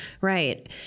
Right